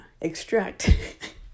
extract